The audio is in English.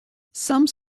some